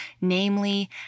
namely